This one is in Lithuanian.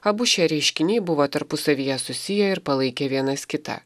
abu šie reiškiniai buvo tarpusavyje susiję ir palaikė vienas kitą